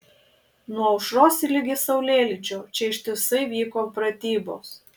nuo aušros ligi saulėlydžio čia ištisai vyko pratybos